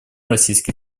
российской